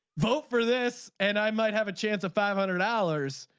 vote for this and i might have a chance of five hundred dollars.